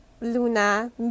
Luna